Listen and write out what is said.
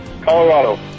Colorado